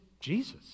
Jesus